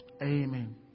amen